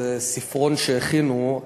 זה ספרון שהכינו,